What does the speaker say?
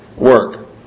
work